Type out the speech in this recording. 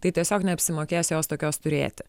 tai tiesiog neapsimokės jos tokios turėti